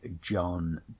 John